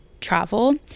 travel